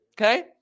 Okay